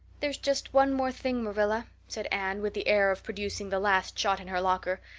there's just one more thing, marilla, said anne, with the air of producing the last shot in her locker.